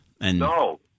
No